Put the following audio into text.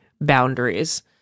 boundaries